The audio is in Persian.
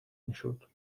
میشد